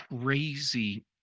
crazy